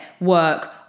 work